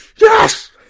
Yes